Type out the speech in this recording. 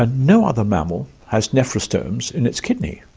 ah no other mammal has nephrostomes in its kidney.